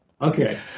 Okay